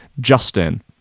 Justin